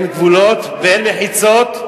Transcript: אין גבולות ואין מחיצות,